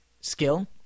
skill